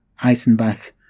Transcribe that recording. Eisenbach